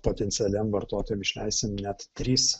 potencialiem vartotojam išleisim net tris